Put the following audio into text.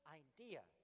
idea